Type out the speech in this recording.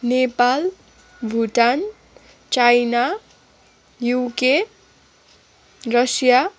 Nepal Bhutan China UK Russia